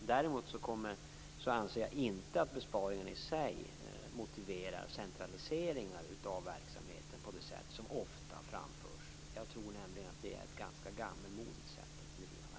Däremot anser jag inte att besparingarna i sig motiverar centraliseringar av verksamheten på det sätt som ofta framförs. Jag tror nämligen att det är ett ganska gammalmodigt sätt att bedriva verksamhet.